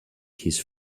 his